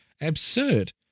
absurd